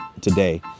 today